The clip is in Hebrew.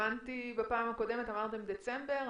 בפעם הקודמת אמרתם דצמבר,